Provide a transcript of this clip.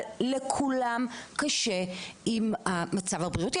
אבל לכולם קשה עם המצב הבריאותי.